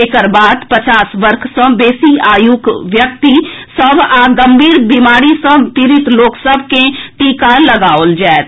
एकर बाद पचास वर्ष सँ बेसी आयुक व्यक्ति सभ आ गम्भीर बीमारी सँ पीड़ित लोक सभ के टीका लगाओल जाएत